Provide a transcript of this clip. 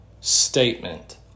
statement